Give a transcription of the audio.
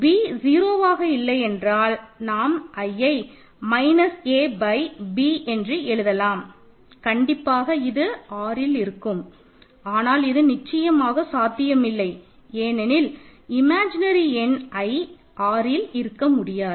b 0 ஆக இல்லையென்றால் நாம் iஐ மைனஸ் a பை b என்று எழுதலாம் கண்டிப்பாக இது Rல் இருக்கும் ஆனால் இது நிச்சயமாக சாத்தியமில்லை ஏனெனில் இமாஜினரி எண் i Rஇல் இருக்க முடியாது